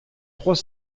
trois